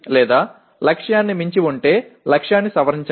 లేదా లక్ష్యాన్ని మించి ఉంటే లక్ష్యాన్ని సవరించండి